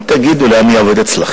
אמרתי להם: תגידו לי, אני עובד אצלכם?